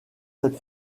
cette